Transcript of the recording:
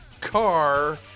car